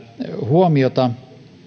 huomiota